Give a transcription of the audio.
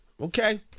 okay